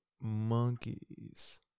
monkeys